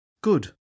Good